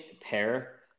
pair